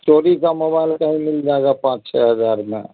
चोरी का मोबाइल वही मिल जाएगा पाँच छः हज़ार में